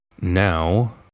now